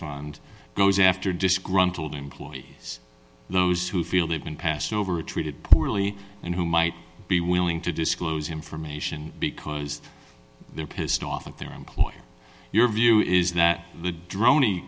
fund goes after disgruntled employees those who feel they've been passed over treated poorly and who might be willing to disclose information because they're pissed off at their employer your view is that the dron